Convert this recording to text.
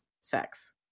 sex